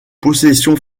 possessions